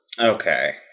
Okay